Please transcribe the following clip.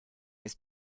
ist